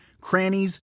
crannies